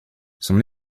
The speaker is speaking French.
son